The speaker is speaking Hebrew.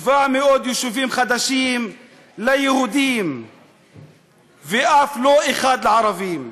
700 יישובים חדשים ליהודים ואף לא אחד לערבים.